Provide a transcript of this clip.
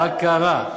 מה קרה?